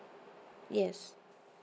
yes